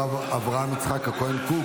למה להתנגד?